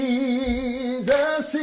Jesus